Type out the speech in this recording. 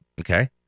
Okay